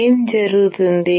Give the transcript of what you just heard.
ఏమి జరుగుతుంది